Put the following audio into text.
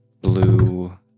blue